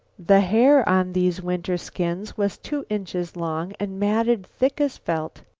the hair on these winter skins was two inches long and matted thick as felt.